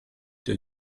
der